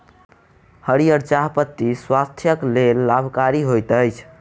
हरीयर चाह पत्ती स्वास्थ्यक लेल लाभकारी होइत अछि